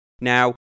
Now